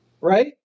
right